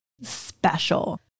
special